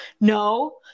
no